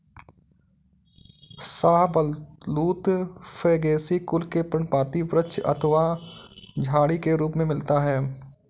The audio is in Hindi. शाहबलूत फैगेसी कुल के पर्णपाती वृक्ष अथवा झाड़ी के रूप में मिलता है